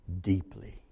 deeply